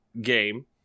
game